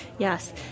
Yes